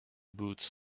boots